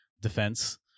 Defense